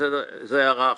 זו הערה אחת.